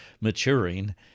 maturing